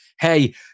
Hey